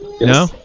no